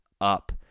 up